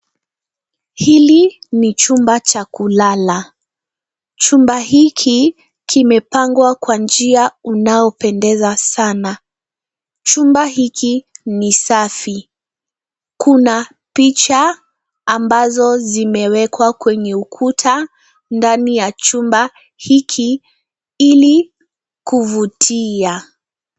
Hili ni chumba cha kulala. Chumba hiki kimepangwa kwa njia unaopendeza sana. Chumba hiki n safi. Kuna picha ambazo zimewekwa kwenye ukuta ndani ya chumba hiki ili kuvutia.